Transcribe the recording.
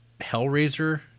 Hellraiser